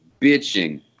bitching